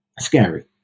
scary